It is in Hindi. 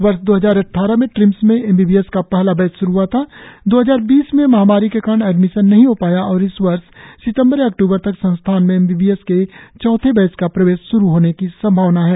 वर्ष दो हजार अद्वारह में ट्रिम्स में एम बी बी एस का पहला बैच श्रु हुआ था दो हजार बीस में महामारी के कारण एडमिशन नही हो पाया और इस वर्ष सितंबर या अक्टूबर तक संस्थान में एम बी बी एस के चौथे बैच का प्रवेश श्रु होने की संभावना है